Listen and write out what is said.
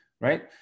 right